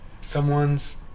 someone's